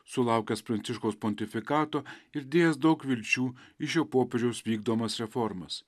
sulaukęs pranciškaus pontifikato ir dėjęs daug vilčių į šio popiežiaus vykdomas reformas